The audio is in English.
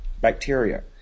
bacteria